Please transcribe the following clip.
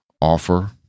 offer